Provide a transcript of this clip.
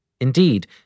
Indeed